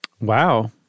Wow